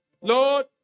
Lord